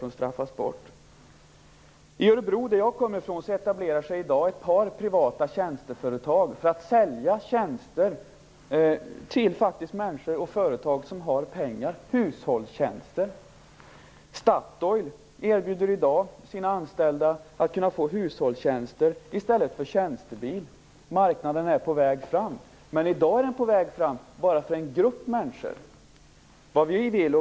De straffas bort. I Örebro, som jag kommer ifrån, etablerar sig ett par privata tjänsteföretag för att sälja hushållstjänster till människor och företag som har pengar. Statoil erbjuder sina anställda att få hushållstjänster i stället för tjänstebil. Marknaden är på väg fram. Men i dag är den på väg fram bara för en grupp människor.